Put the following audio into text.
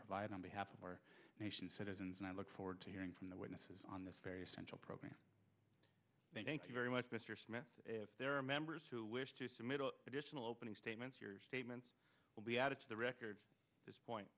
provide on behalf of our nation citizens and i look forward to hearing from the witnesses on this very essential program thank you very much mr smith if there are members who wish to submit additional opening statements your statements will be added to the record this point